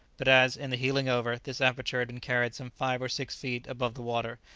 but as, in the heeling over, this aperture had been carried some five or six feet above the water,